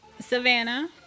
Savannah